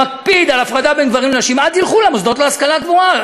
שמקפיד על הפרדה בין גברים לנשים: אל תלכו למוסדות להשכלה גבוהה.